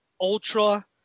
ultra